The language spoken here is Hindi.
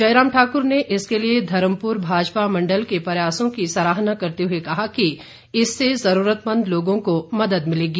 जयराम ठाकुर ने इसके लिए धर्मपुर भाजपा मंडल के प्रयासों की सराहना करते हुए कहा कि इससे जरूरतमंद लोगों को मदद मिलेगी